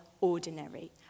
ordinary